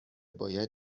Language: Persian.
باید